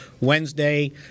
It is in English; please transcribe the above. Wednesday